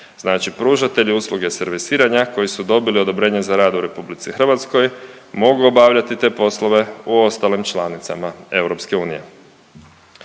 Znači pružatelji usluge servisiranja koji su dobili odobrenje za rad u RH mogu obavljati te poslove u ostalim članicama EU.